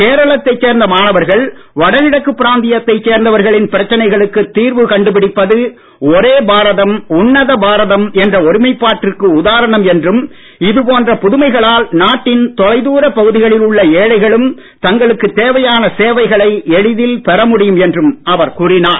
கேரளத்தைச் சேர்ந்த மாணவர்கள் பிரச்சனைகளுக்கு தீர்வு கண்டுபிடிப்பது ஒரே பாரதம் உன்னத பாரதம் என்ற ஒருமைப்பாட்டிற்கு உதாரணம் என்றும் இது போன்ற புதுமைகளால் நாட்டின் தொலைதாரப் பகுதிகளில் உள்ள ஏழைகளும் தங்களுக்கு தேவையான சேவைகளை எளிதில் பெற முடியும் என்றும் அவர் கூறினார்